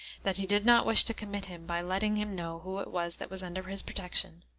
that he did not wish to commit him by letting him know who it was that was under his protection.